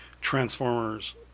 Transformers